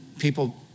people